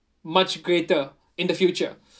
much greater in the future